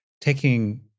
taking